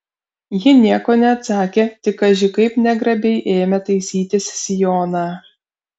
ji nieko neatsakė tik kaži kaip negrabiai ėmė taisytis sijoną